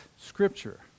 Scripture